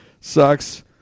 sucks